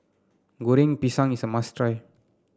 Goreng Pisang is a must try